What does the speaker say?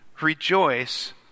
Rejoice